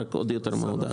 רק עוד יותר מהודק.